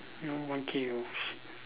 you know one K worth shit